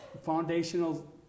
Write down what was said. Foundational